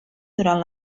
durant